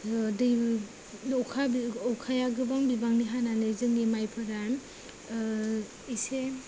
दै अखा अखाया गोबां बिबांनि हानानै जोंनि माइफोरा एसे